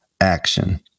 action